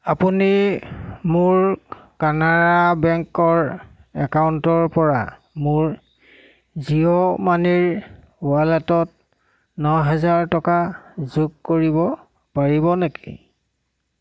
আপুনি মোৰ কানাড়া বেংকৰ একাউণ্টৰ পৰা মোৰ জিঅ' মানিৰ ৱালেটত ন হাজাৰ টকা যোগ কৰিব পাৰিব নেকি